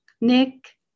Nick